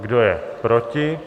Kdo je proti?